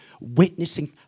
witnessing